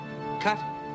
Cut